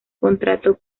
contrato